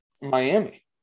Miami